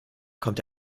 kommt